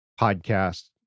podcast